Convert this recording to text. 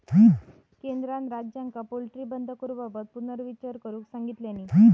केंद्रान राज्यांका पोल्ट्री बंद करूबाबत पुनर्विचार करुक सांगितलानी